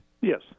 Yes